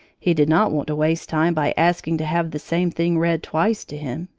he did not want to waste time by asking to have the same thing read twice to him,